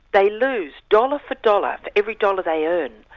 they lose dollar for dollar every dollar they earn.